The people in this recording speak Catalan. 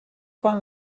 quan